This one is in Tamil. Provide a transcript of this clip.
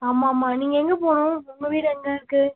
ஆமாம்மா நீங்கள் எங்கே போகணும் உங்கள் வீடு எங்கே இருக்குது